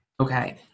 Okay